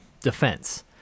defense